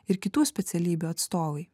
ir kitų specialybių atstovai